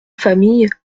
famille